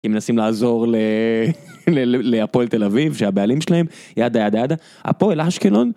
אם מנסים לעזור להפועל תל אביב, שהבעלים שלהם... ידה ידה ידה, הפועל אשקלון